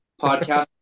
podcast